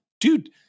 dude